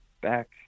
back